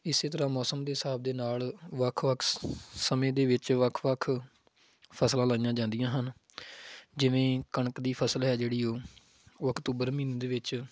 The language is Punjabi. ਇਸੇ ਤਰ੍ਹਾਂ ਮੌਸਮ ਦੇ ਹਿਸਾਬ ਦੇ ਨਾਲ ਵੱਖ ਵੱਖ ਸਮੇਂ ਦੇ ਵਿੱਚ ਵੱਖ ਵੱਖ ਫਸਲਾਂ ਲਾਈਆਂ ਜਾਂਦੀਆਂ ਹਨ ਜਿਵੇਂ ਕਣਕ ਦੀ ਫਸਲ ਹੈ ਜਿਹੜੀ ਓ ਉਹ ਅਕਤੂਬਰ ਮਹੀਨੇ ਦੇ ਵਿੱਚ